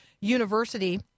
University